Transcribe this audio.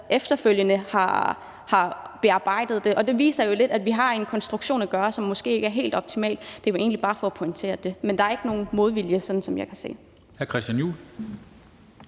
efterfølgende har bearbejdet den. Og det viser jo lidt, at vi har med en konstruktion at gøre, som måske ikke er helt optimal. Det var egentlig bare for at pointere det. Men der er ikke nogen modvilje, sådan som jeg ser det. Kl.